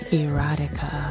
erotica